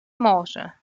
może